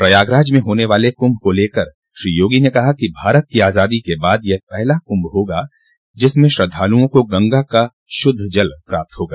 प्रयागराज में होने वाले कुम्भ को लेकर श्री योगी ने कहा कि भारत की आजादी के बाद यह पहला कुंभ होगा जिसमें श्रद्धालुओं को गंगा का शुद्ध जल प्राप्त होगा